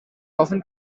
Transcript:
often